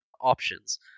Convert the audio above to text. options